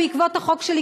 בעקבות החוק שלי,